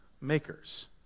makers